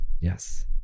Yes